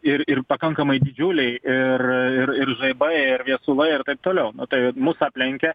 ir ir pakankamai didžiuliai ir ir ir žaibai ir viesulai ir taip toliau nu tai mus aplenkia